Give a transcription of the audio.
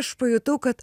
aš pajutau kad